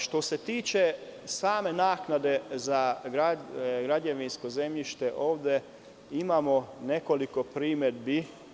Što se tiče same naknade za građevinsko zemljište, ovde imamo nekoliko primedbi.